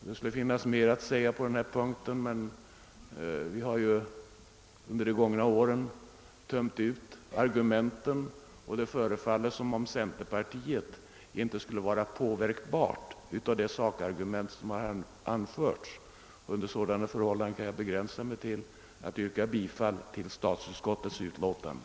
Det skulle finnas mera att säga om denna fråga, men vi har ju under de gångna åren uttömmande behandlat frågan, och det förefaller som om centerpartiet inte skulle vara påverkbart av de sakskäl som anförts. Under sådana förhållanden kan jag begränsa mig till att yrka bifall till statsutskottets hemställan.